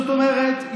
זאת אומרת,